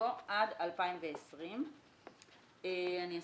יבוא "עד 2020". אני אסביר.